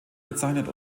bezeichnet